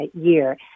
year